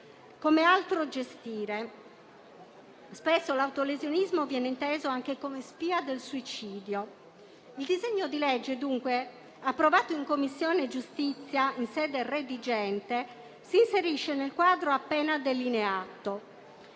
come altro gestire. Spesso l'autolesionismo viene inteso anche come spia del suicidio. Il disegno di legge approvato in Commissione giustizia in sede redigente si inserisce nel quadro appena delineato